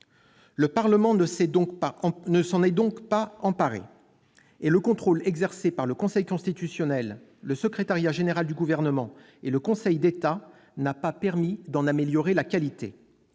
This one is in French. Le Parlement ne s'en est donc pas emparé. Et le contrôle exercé par le Conseil constitutionnel, le Secrétariat général du Gouvernement et le Conseil d'État n'a pas permis d'en améliorer la qualité,